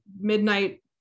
midnight